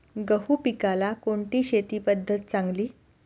गहू पिकाला कोणती शेती पद्धत चांगली?